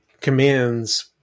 commands